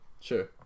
Sure